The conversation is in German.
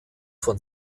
von